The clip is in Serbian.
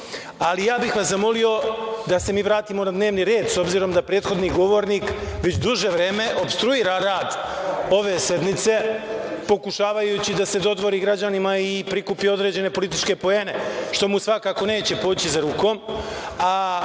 Ja bih vas zamolio da se mi vratimo na dnevni red, s obzirom da prethodni govornik već duže vreme opstruira rad ove sednice pokušavajući da se dodvori građanima i prikupi određene političke poene, što mu svakako neće poći za rukom.